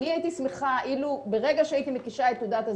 אני הייתי שמחה אילו ברגע שהייתי מקישה את תעודת הזהות,